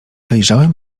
wyjrzałem